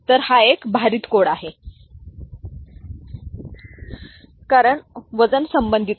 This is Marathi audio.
तर हा एक भारित कोड देखील आहे कारण वजन संबंधित आहे